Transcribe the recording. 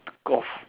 golf